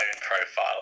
profile